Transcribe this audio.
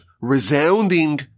resounding